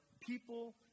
people